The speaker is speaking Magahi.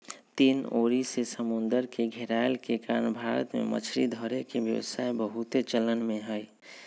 तीन ओरी से समुन्दर से घेरायल के कारण भारत में मछरी धरे के व्यवसाय बहुते चलन में हइ